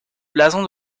blason